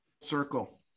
circle